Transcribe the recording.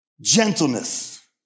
gentleness